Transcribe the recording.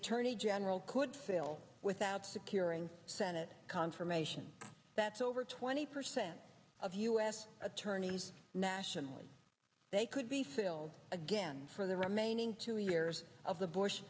attorney general could fill without securing senate confirmation that's over twenty percent of u s attorneys nationally they could be filled again for the remaining two years of the bush